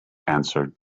answered